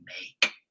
make